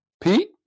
Pete